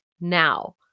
now